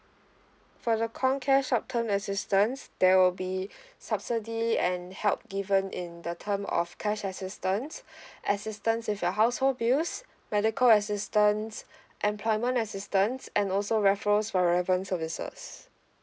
for the corncare short term assistance there will be subsidy and help given in the term of cash assistance assistance with your household bills medical assistance employment assistance and also referrals for relevant services